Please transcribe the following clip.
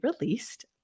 released